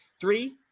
Three